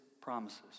promises